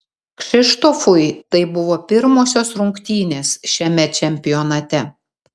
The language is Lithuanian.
kšištofui tai buvo pirmosios rungtynės šiame čempionate